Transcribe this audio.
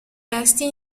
resti